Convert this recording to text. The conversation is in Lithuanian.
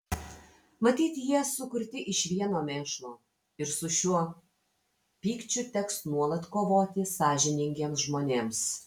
matyt jie sukurti iš vieno mėšlo ir su šiuo pykčiu teks nuolat kovoti sąžiningiems žmonėms